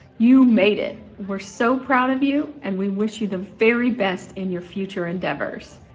you made it! we're so proud of you, and we wish you the very best in your future endeavors.